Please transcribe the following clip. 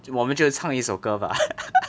我们就唱一首歌 bah